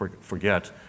forget